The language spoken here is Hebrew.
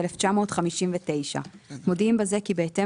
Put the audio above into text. התשי"ט-1959 מודיעים בזה כי בהתאם